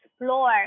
explore